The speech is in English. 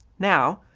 now,